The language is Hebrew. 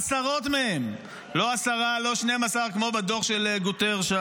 עשרות מהם, לא עשרה, לא 12, כמו בדוח של גוטרש,